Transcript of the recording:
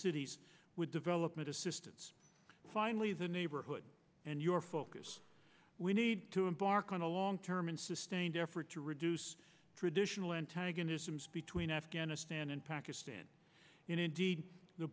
cities with development assistance finally the neighborhood and your focus we need to embark on a long term and sustained effort to reduce traditional antagonisms between afghanistan and pakistan and indeed the